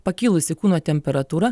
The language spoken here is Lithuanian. pakilusi kūno temperatūra